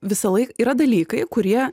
visąlaik yra dalykai kurie